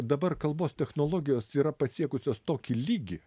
dabar kalbos technologijos yra pasiekusios tokį lygį